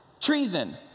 Treason